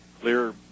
clear